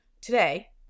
Today